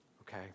Okay